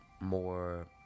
more